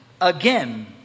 again